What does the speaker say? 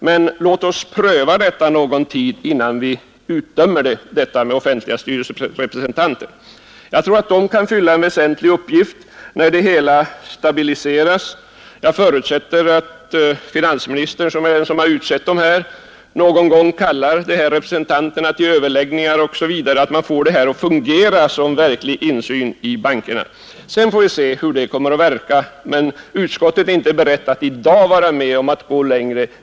Men låt oss pröva detta någon tid innan vi utdömer systemet med offentliga styrelserepresentanter. Jag tror att de kan fylla en väsentlig uppgift när det hela stabiliserats. Jag förutsätter att finansministern, som utsett vederbörande, någon gång kallar representanterna till överläggningar m.m., så att man får det att fungera och så att det blir verklig insyn i bankerna. Sedan får vi se hur det kommer att verka. Men utskottet är inte berett att i dag gå längre.